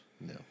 No